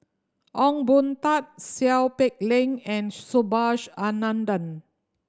Ong Boon Tat Seow Peck Leng and Subhas Anandan